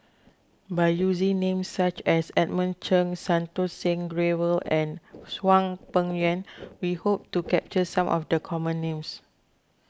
by using names such as Edmund Cheng Santokh Singh Grewal and Hwang Peng Yuan we hope to capture some of the common names